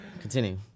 continue